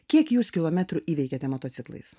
kiek jūs kilometrų įveikėte motociklais